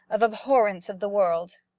of abhorrence of the world.